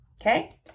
Okay